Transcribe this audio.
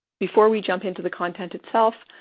before we jump into the content itself,